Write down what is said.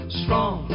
strong